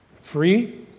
free